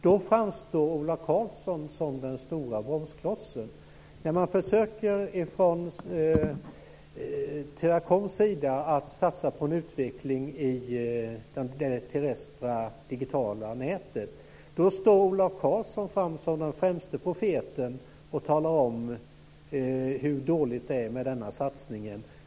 Då framstår Ola Karlsson som den stora bromsklossen. När man från Teracoms sida försöker att satsa på en utveckling i det terrestra digitala nätet, då framstår Ola Karlsson som den främste profeten och talar om hur dåligt det är med denna satsning.